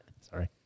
Sorry